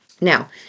Now